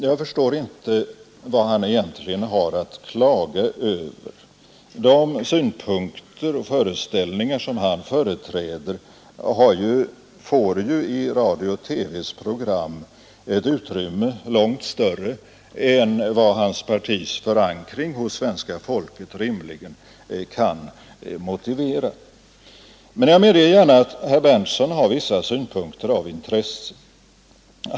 Jag förstår inte vad han egentligen har att klaga över. De synpunkter och föreställningar som han företräder får i radions och TV:s program ett utrymme som är långt större än vad hans partis förankring hos svenska folket rimligen kan motivera. Men jag medger gärna att herr Berndtson har vissa synpunkter av intresse.